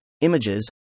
images